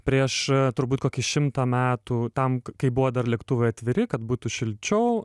prieš turbūt kokį šimtą metų tam kai buvo dar lėktuvai atviri kad būtų šilčiau